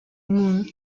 moon